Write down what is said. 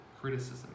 criticism